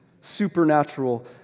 supernatural